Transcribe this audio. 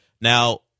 Now